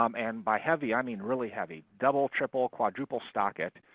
um and by heavy, i mean, really heavy. double, triple, quadruple stock it.